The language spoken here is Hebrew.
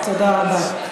תודה רבה.